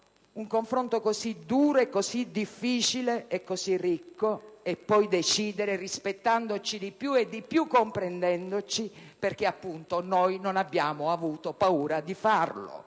un confronto così duro, difficile e ricco e poi decidere, rispettandoci di più e di più comprendendoci, perché non abbiamo avuto paura di farlo.